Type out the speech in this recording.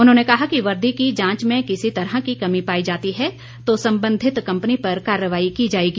उन्होंने कहा कि वर्दी की जांच में किसी तरह की कमी पाई जाती है तो संबंधित कंपनी पर कार्रवाई की जाएगी